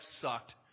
sucked